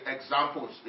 examples